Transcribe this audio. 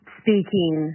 speaking